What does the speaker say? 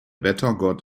wettergott